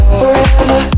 forever